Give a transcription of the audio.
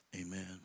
amen